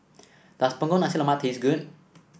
does Punggol Nasi Lemak taste good